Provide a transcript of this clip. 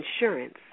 insurance